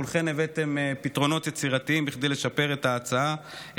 כולכן הבאתן פתרונות יצירתיים כדי לשפר את ההצעה,